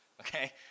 Okay